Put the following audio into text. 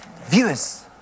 Viewers